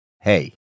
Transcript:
Hey